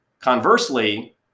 Conversely